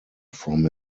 from